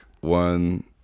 one